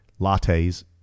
lattes